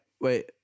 wait